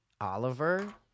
Oliver